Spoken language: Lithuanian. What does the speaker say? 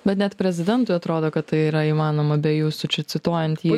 bet net prezidentui atrodo kad tai yra įmanoma be jūsų čia cituojant jį